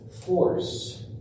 force